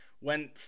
Went